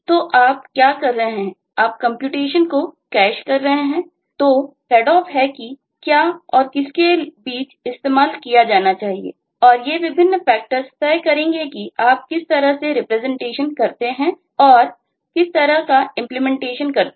तो आप क्या कर रहे हैं आप कंप्यूटेशन तय करेंगे कि आप किस तरह का रिप्रेजेंटेशन करते हैं और किस तरह का इंप्लीमेंटेशन करते हैं